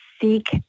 seek